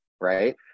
right